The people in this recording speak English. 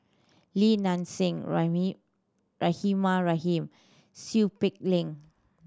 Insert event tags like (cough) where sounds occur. Li Nanxing (unintelligible) Rahimah Rahim Seow Peck Leng